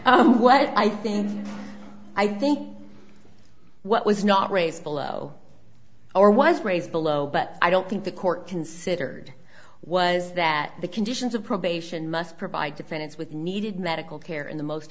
you what i think i think what was not raised below or was raised below but i don't think the court considered was that the conditions of probation must provide defendants with needed medical care in the most